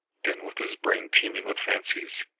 then, with his brain teeming with fancies,